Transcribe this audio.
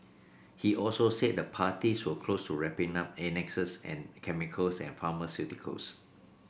he also said the parties were close to wrapping up annexes and chemicals and pharmaceuticals